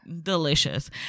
delicious